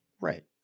right